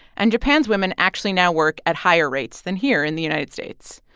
and japan's women actually now work at higher rates than here in the united states.